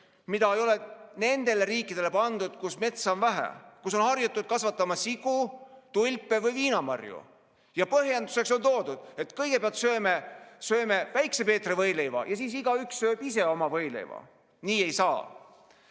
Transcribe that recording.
mida ei ole nendele riikidele pandud, kus metsa on vähe, kus on harjutud kasvatama sigu, tulpe või viinamarju. Ja põhjenduseks on toodud, et kõigepealt sööme Väikse Peetri võileiva ja siis igaüks sööb ise oma võileiva. Nii ei saa.